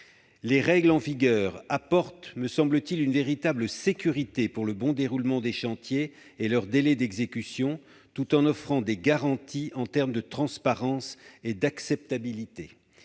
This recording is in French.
Les règles en vigueur apportent, me semble-t-il, une sécurité pour le bon déroulement des chantiers et leurs délais d'exécution, tout en offrant des garanties en termes de transparence et d'acceptabilité.